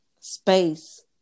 space